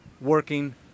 working